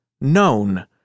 known